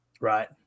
Right